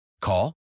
call